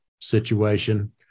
situation